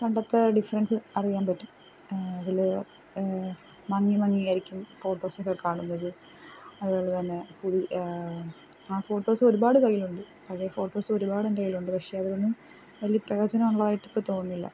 പണ്ടത്തെ ഡിഫറെൻസ് അറിയാൻ പറ്റും അതിൽ മങ്ങി മങ്ങിയായിരിക്കും ഫോട്ടോസൊക്കെ കാണുന്നത് അതുകൊണ്ട് തന്നെ ആ ഫോട്ടോസ് ഒരുപാട് കയ്യിലുണ്ട് പഴയ ഫോട്ടോസ് ഒരുപാട് എൻ്റെ കയ്യിലുണ്ട് പക്ഷേ അതൊന്നും വലിയ പ്രയോജനമുള്ളതായിട്ടിപ്പോൾ തോന്നുന്നില്ല